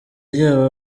ryabo